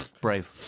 brave